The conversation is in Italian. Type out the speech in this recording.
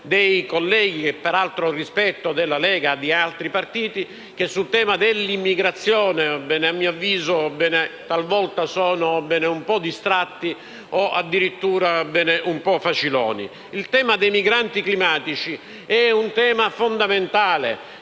dei colleghi - che peraltro rispetto - della Lega Nord e di altri partiti che sul tema della immigrazione a mio avviso talvolta sono un po' distratti o addirittura un po' faciloni. Il tema dei migranti climatici è fondamentale: